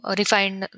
refined